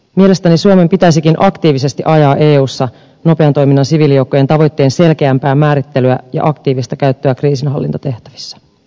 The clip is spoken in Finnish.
mielestäni suomen pitäisikin aktiivisesti ajaa eussa nopean toiminnan siviilijoukkojen tavoitteen selkeämpää määrittelyä ja aktiivista käyttöä kriisinhallintatehtävissä